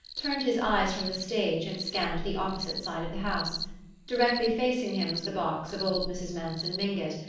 turned his eyes from the stage and scanned the opposite side of the house directly facing him was the box of old mrs. manson mingott,